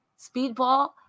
Speedball